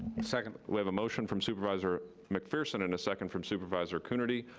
second. we have a motion from supervisor mcpherson, and a second from supervisor coonerty.